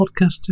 podcasting